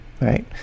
right